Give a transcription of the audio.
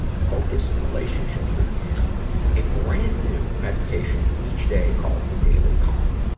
focus, and relationships with a brand new meditation each day called the daily calm.